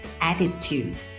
attitude